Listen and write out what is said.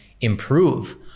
improve